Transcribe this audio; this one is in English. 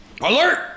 Alert